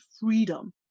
freedom